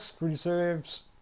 reserves